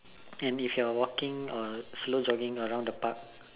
and if you're walking or slow jogging around the park